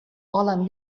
volen